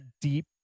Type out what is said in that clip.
deep